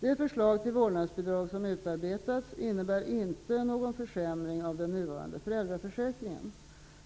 Det förslag till vårdnadsbidrag som utarbetats innebär inte någon försämring av den nuvarande föräldraförsäkringen.